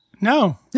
No